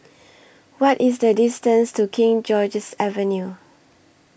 What IS The distance to King George's Avenue